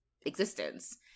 existence